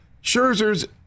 Scherzer's